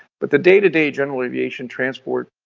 but, the day to day general aviation transport,